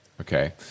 okay